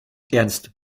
ernst